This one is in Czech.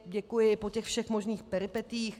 Děkuji po těch všech možných peripetiích.